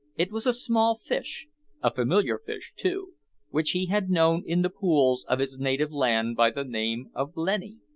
it was a small fish a familiar fish, too which he had known in the pools of his native land by the name of blenny.